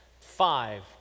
five